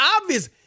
obvious